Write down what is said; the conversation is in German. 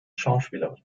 schauspielerin